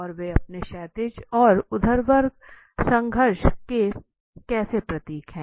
और वे अपने क्षैतिज और ऊर्ध्वाधर संघर्ष को कैसे प्रबंधित करते हैं